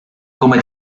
come